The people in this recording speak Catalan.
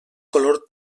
color